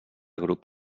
grup